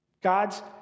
God's